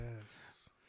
yes